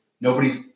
Nobody's